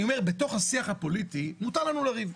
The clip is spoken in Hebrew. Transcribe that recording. אני אומר בתוך השיח הפוליטי מותר לנו לריב.